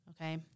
Okay